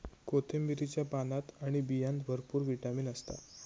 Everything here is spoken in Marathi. कोथिंबीरीच्या पानात आणि बियांत भरपूर विटामीन असता